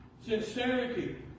Sincerity